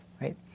right